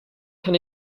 can